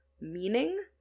meaning